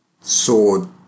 sword